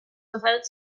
without